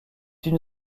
une